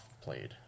played